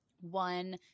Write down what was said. one